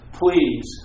please